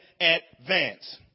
advance